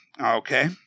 okay